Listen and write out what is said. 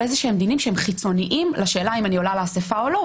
איזשהם דינים שהם חיצוניים לשאלה אם אני עולה לאסיפה או לא,